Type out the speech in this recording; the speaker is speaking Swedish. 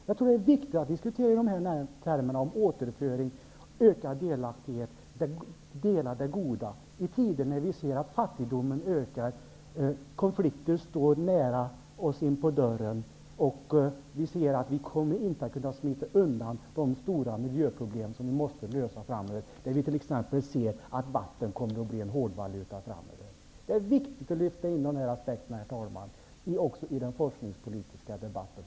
Jag tror det är viktigt att diskutera i termer om återföring, ökad delaktighet, det delade goda i tider när vi ser att fattigdomen ökar, konflikter står oss nära inpå dörren och vi ser att vi inte kommer att kunna smita undan de stora miljöproblem som vi måste lösa framöver, t.ex. att vatten kommer att bli en hårdvaluta. Det är viktigt, herr talman, att kunna lyfta in dessa aspekter också i den forskningspolitiska debatten.